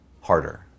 harder